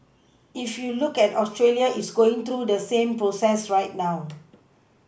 if you look at Australia it's going through the same process right now